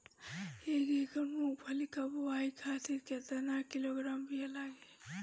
एक एकड़ मूंगफली क बोआई खातिर केतना किलोग्राम बीया लागी?